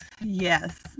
yes